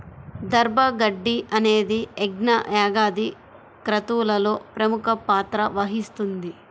దర్భ గడ్డి అనేది యజ్ఞ, యాగాది క్రతువులలో ప్రముఖ పాత్ర వహిస్తుంది